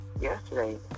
yesterday